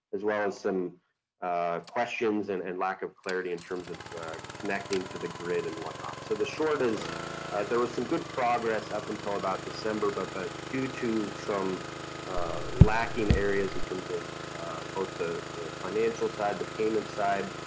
as well as some questions and and lack of clarity in terms of connecting to the grid and whatnot. so the short is there was some good progress up until about december, but but due to some lacking areas in terms of both the financial side, the payment side,